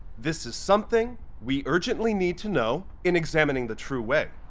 this is something we urgently need to know in examining the true way.